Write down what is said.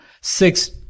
six